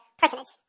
personage